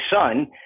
son